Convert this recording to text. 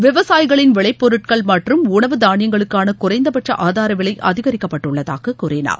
விவசாயிகளின் விளைப்பொருட்கள் மற்றம் உணவு தானியங்களுக்கான குறைந்தபட்ச ஆதாரவிலை அதிகரிக்கப்பட்டுள்ளதாக கூறினார்